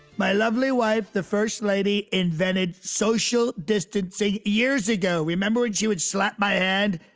my lovely wife, the first lady, invented social distancing years ago. remember, ah she would slap my hand.